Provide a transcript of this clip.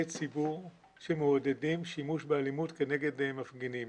ציבור שמעודדים שימוש באלימות כנגד מפגינים.